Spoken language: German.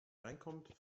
reinkommt